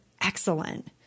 excellent